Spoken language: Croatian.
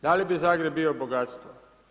Da li bi Zagreb bio bogatstvo?